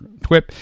twip